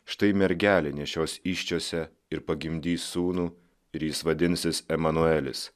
štai mergelė nešios įsčiose ir pagimdys sūnų ir jis vadinsis emanuelis